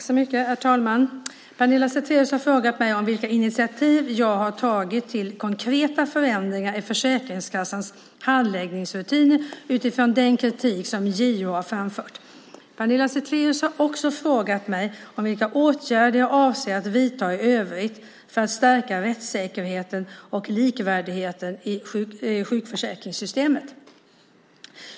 Herr talman! Pernilla Zethraeus har frågat mig vilka initiativ jag har tagit till konkreta förändringar i Försäkringskassans handläggningsrutiner utifrån den kritik som JO har framfört. Pernilla Zethraeus har också frågat mig vilka åtgärder jag avser att vidta i övrigt för att stärka rättssäkerheten och likvärdigheten i sjukförsäkringssystemet.